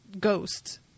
ghosts